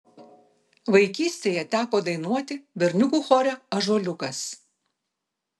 vaikystėje teko dainuoti berniukų chore ąžuoliukas